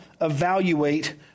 evaluate